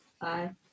Bye